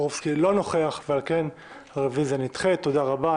תודה רבה,